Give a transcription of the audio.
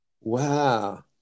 Wow